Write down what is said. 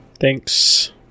Thanks